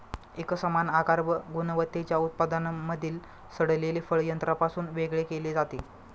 एकसमान आकार व गुणवत्तेच्या उत्पादनांमधील सडलेले फळ यंत्रापासून वेगळे केले जाते